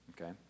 Okay